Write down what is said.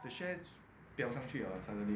the shares 飙上去了 suddenly